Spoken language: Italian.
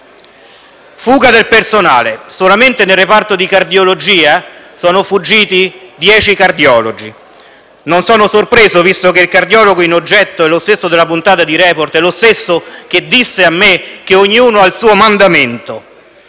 Fuga del personale: solamente nel reparto di cardiologia sono fuggiti dieci cardiologi. Non sono sorpreso, visto che il cardiologo in oggetto è lo stesso della puntata di «Report» ed è lo stesso che disse a me che ognuno ha il suo mandamento.